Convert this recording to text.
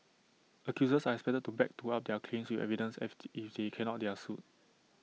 accusers are expected to back to up their claims with evidence and if they cannot they are sued